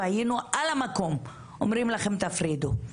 והיינו על המקום אומרים לכם תפרידו.